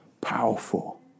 powerful